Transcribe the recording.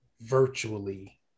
virtually